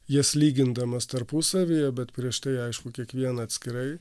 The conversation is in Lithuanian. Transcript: jas lygindamas tarpusavyje bet prieš tai aišku kiekvieną atskirai